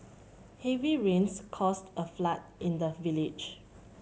heavy rains caused a flood in the village